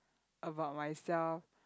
about myself